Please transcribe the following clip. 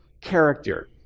character